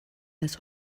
als